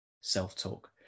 self-talk